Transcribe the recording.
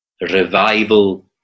revival